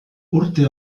urte